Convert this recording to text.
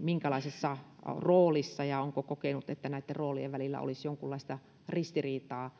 minkälaisessa roolissa ja onko kokenut että näitten roolien välillä olisi jonkunlaista ristiriitaa